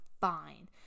fine